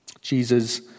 Jesus